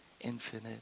infinite